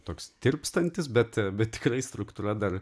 toks tirpstantis bet bet tikrai struktūra dar